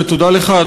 ותודה לך,